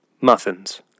Muffins